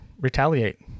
retaliate